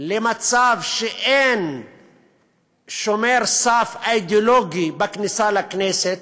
למצב שאין שומר סף אידיאולוגי בכניסה לכנסת,